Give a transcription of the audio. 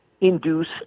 induce